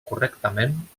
correctament